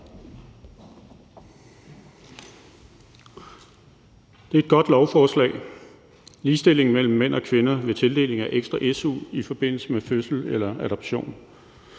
Det er et godt lovforslag om ligestilling mellem mænd og kvinder ved tildeling af ekstra su i forbindelse med fødsel eller adoption.